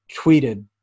tweeted